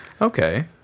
Okay